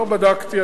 לא בדקתי,